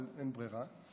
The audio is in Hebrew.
אבל אין ברירה.